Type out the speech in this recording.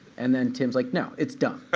and then tim's like no, it's done.